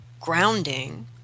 grounding